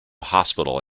hospital